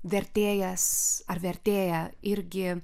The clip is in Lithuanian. vertėjas ar vertėja irgi